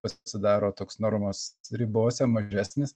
pasidaro toks normos ribose mažesnis